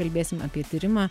kalbėsim apie tyrimą